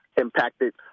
impacted